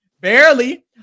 Barely